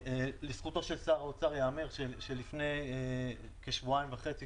לזכותו של שר האוצר ייאמר שלפני כשבועיים וחצי,